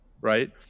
right